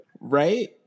Right